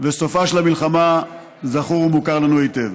וסופה של המלחמה זכור ומוכר לנו היטב.